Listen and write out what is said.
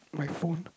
my phone